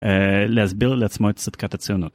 להסביר לעצמו את צדקת הציונות